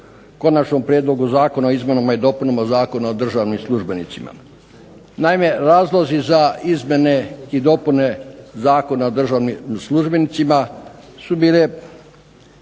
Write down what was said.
se radi o izmjenama i dopunama Zakona o državnim službenicima. Naime, razlozi za izmjene i dopune Zakona o državnim službenicima su bile